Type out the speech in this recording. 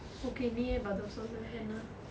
okay நீயே பதில் சொல்லு என்ன:niye pathil sollu enna